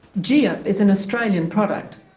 giiup is an australian product.